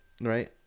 right